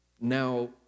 now